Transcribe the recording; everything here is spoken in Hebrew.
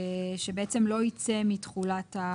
שלא ייצא מתחולת ה